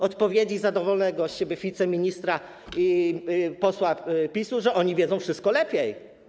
Odpowiedzi zadowolonego z siebie wiceministra i posła PiS-u, że oni wiedzą wszystko lepiej.